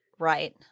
Right